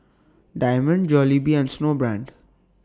Diamond Jollibee and Snowbrand